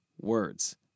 words